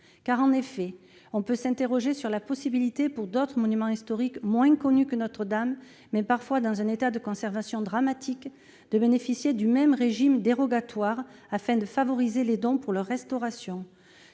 En effet, on peut s'interroger sur la possibilité de faire bénéficier d'autres monuments historiques, moins connus que Notre-Dame de Paris mais parfois dans un état de conservation dramatique, du même régime dérogatoire, afin de favoriser les dons pour leur restauration.